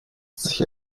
sich